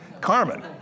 Carmen